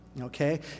okay